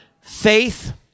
Faith